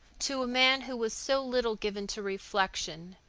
to a man who was so little given to reflection,